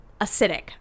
acidic